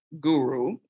guru